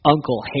Uncle